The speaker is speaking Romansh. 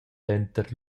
denter